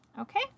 Okay